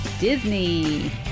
disney